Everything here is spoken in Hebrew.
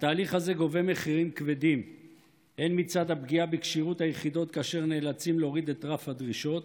הליך זה מופעל לחץ אדיר על מפקדי צה"ל,